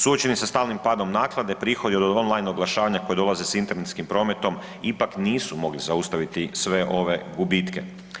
Suočeni sa stalnim padom naklade prihodi od online oglašavanja koji dolaze s internetskim prometom ipak nisu mogli zaustaviti sve ove gubitke.